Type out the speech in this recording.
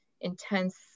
intense